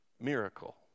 miracle